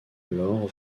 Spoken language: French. alors